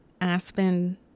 Aspen